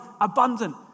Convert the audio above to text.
Abundant